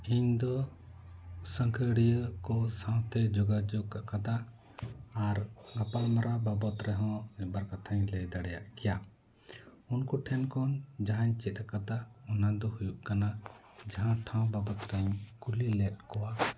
ᱤᱧ ᱫᱚ ᱥᱟᱹᱜᱷᱟᱹᱲᱤᱭᱟᱹ ᱠᱚ ᱥᱟᱶᱛᱮ ᱡᱳᱜᱟᱡᱳᱜ ᱟᱠᱟᱫᱟ ᱟᱨ ᱜᱟᱯᱟᱞᱢᱟᱨᱟᱣ ᱵᱟᱵᱚᱫ ᱨᱮᱦᱚᱸ ᱢᱤᱫ ᱵᱟᱨ ᱠᱟᱛᱷᱟᱧ ᱞᱟᱹᱭ ᱫᱟᱲᱮᱭᱟᱜ ᱜᱮᱭᱟ ᱩᱱᱠᱩ ᱴᱷᱮᱱ ᱠᱷᱚᱱ ᱡᱟᱦᱟᱸᱧ ᱪᱮᱫ ᱟᱠᱟᱫᱟ ᱚᱱᱟ ᱫᱚ ᱦᱩᱭᱩᱜ ᱠᱟᱱᱟ ᱡᱟᱦᱟᱸ ᱴᱷᱟᱶ ᱵᱟᱵᱚᱛ ᱨᱮᱧ ᱠᱩᱞᱤ ᱞᱮᱫ ᱠᱚᱣᱟ